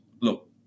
look